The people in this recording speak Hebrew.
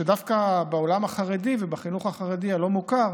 שדווקא בעולם החרדי ובחינוך החרדי הלא-מוכר,